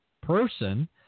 person